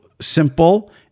simple